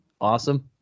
Awesome